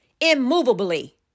immovably